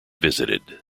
visited